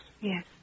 Yes